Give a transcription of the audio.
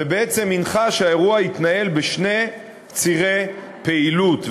ובעצם הנחה שהאירוע יתנהל בשני צירי פעילות.